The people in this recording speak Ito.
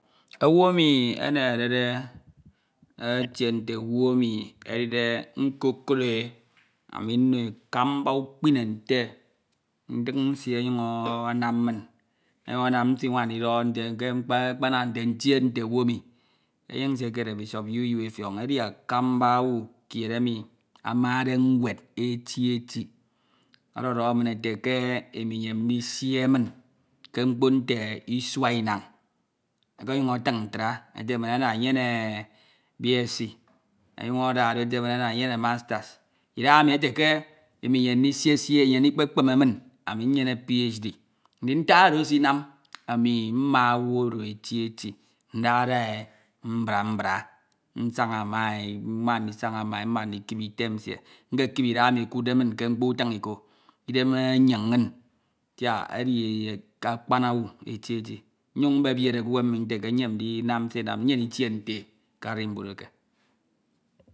Owu emi eneherede etie nte owu emi edide nkekud e ami nno e akamba ukpine nte, ndik nsie ọnyuñ anam min, ọnyuñ anam asima ndidọhọ nte ke akpana ntie nte owu emi. Enyin ekere Bishop U. U. Effiong. Ezdi akamba owu kied emi amade nwed eti eti. ọdọdọhọ min ete ke iwo iyam ndisie min ke mkpo nti isua inan. ọkọnyuñ atin ntra ete min ana enene B. Sc ọnyuñ, ọnyuñ adahado ete min ana enyene masters. Idahanu ete ke imo iyem ndisie sie iyem ndikpekpeme min ami nyene PHD. Ndak oro esinam anam mma owu oro eti eti, ndahada e mbra mbra. Nsaña ma e, mma ndisaña ma e, mma ndikip item nsie. Nkekip idahami nte e kindde min ke mkpo utin iko, idem enyek inñ eti eti. Edi akpan owu eti eti. Nnyeñ mbebiere ke unsem mi nte nyem ndinam nte nyam nditie nte e ke arimbud eke.